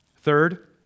Third